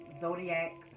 zodiac